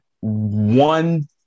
one